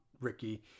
Ricky